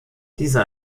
dieser